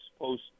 post